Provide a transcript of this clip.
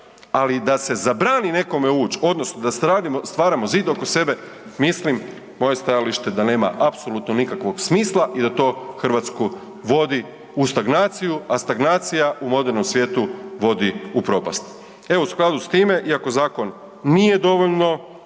ali da se zabrani nekome ući odnosno da stvaramo zid oko sebe mislim, moje stajalište je da nema apsolutno nikakvog smisla i da to Hrvatsku vodi u stagnaciju, a stagnacija u modernom svijetu vodi u propast. Evo, u skladu s time iako zakon nije dovoljno